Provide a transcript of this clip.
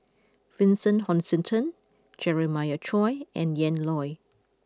Vincent Hoisington Jeremiah Choy and Ian Loy